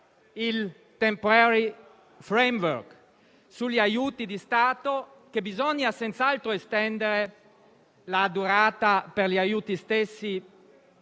il *temporary framework* sugli aiuti di Stato: bisogna senz'altro estendere la durata degli stessi